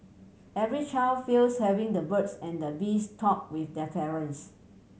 every child fears having the birds and the bees talk with their parents